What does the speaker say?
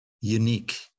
unique